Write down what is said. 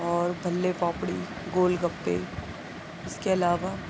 اور بھلے پاپڑی گول گپے اس کے علاوہ